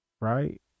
right